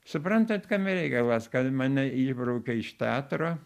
suprantat kame reikalas kad mane išbraukė iš teatro